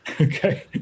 Okay